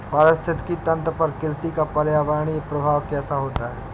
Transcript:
पारिस्थितिकी तंत्र पर कृषि का पर्यावरणीय प्रभाव कैसा होता है?